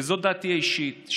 וזאת דעתי האישית,